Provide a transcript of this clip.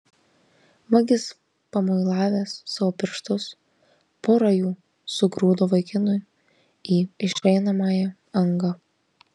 vagis pamuilavęs savo pirštus pora jų sugrūdo vaikinui į išeinamąją angą